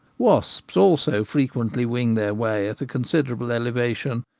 wasps also frequently wing their way at a considerable elevation,